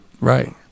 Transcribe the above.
Right